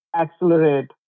accelerate